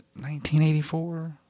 1984